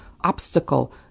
obstacle